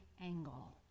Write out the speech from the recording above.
angle